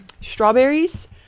strawberries